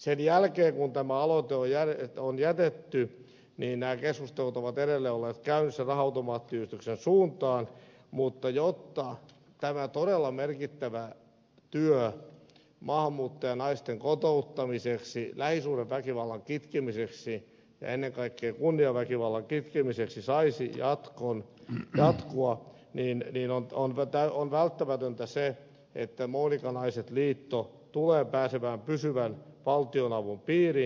sen jälkeen kun tämä aloite on jätetty nämä keskustelut ovat edelleen olleet käynnissä raha automaattiyhdistyksen suuntaan mutta jotta tämä todella merkittävä työ maahanmuuttajanaisten kotouttamiseksi lähisuhdeväkivallan kitkemiseksi ja ennen kaikkea kunniaväkivallan kitkemiseksi saisi jatkua narsku on niin ydin on vetää on välttämätöntä se että monika naiset liitto tulee pääsemään pysyvän valtionavun piiriin